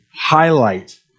highlight